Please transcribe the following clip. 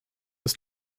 ist